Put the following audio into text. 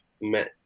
met